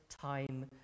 time